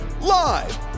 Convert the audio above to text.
live